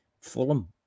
Fulham